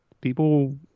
people